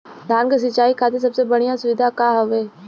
धान क सिंचाई खातिर सबसे बढ़ियां सुविधा का हवे?